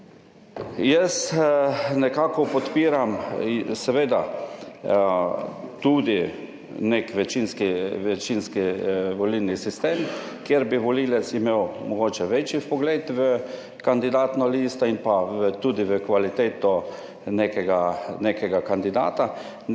Jaz nekako podpiram, seveda, tudi nek večinski, večinski volilni sistem kjer bi volivec imel mogoče večji vpogled v kandidatno listo in pa tudi v kvaliteto nekega, nekega kandidata ne